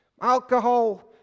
alcohol